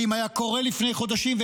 ואם היה קורה לפני כמה חודשים,